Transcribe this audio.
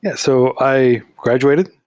yeah so i graduated,